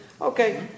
Okay